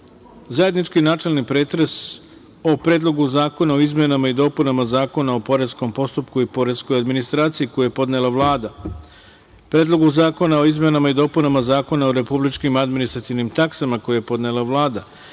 zajednički načelni pretres o: Predlogu zakona o izmenama i dopunama Zakona o poreskom postupku i poreskoj administraciji, koji je podnela Vlada; Predlogu zakona o izmenama i dopunama Zakona o republičkim administrativnim taksama, koji je podnela Vlada;